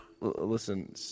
listen